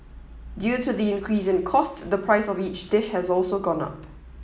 due to the increase in cost the price of each dish has also gone up